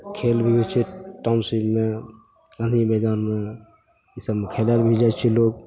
खेल भी होइ छै टाउनशिपमे गाँधी मैदानमे ईसबमे खेलैले भी जाइ छै लोक